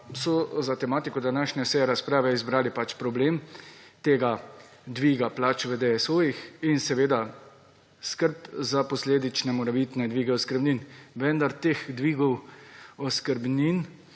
so za tematiko današnje seje razprave izbrali problem tega dviga plač v DSO-jih in skrb za posledične morebitne dvige oskrbnin, vendar ti dvigi oskrbnin